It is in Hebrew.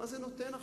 מה זה נותן עכשיו?